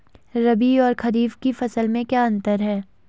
रबी और खरीफ की फसल में क्या अंतर है?